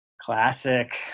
Classic